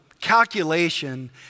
calculation